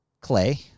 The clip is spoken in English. clay